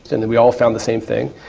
and then we all found the same thing.